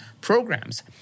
programs